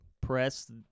press